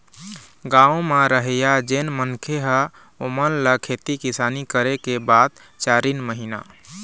गाँव म रहइया जेन मनखे हे ओेमन ल खेती किसानी करे के बाद चारिन महिना